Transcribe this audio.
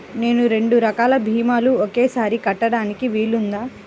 నేను రెండు రకాల భీమాలు ఒకేసారి కట్టడానికి వీలుందా?